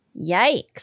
Yikes